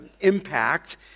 impact